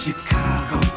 Chicago